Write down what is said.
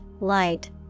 light